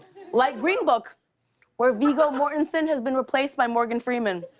like green book where viggo mortensen has been replaced by morgan freeman.